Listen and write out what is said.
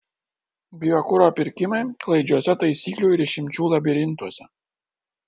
biokuro pirkimai klaidžiuose taisyklių ir išimčių labirintuose